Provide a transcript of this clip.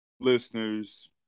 listeners